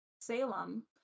Salem